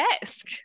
desk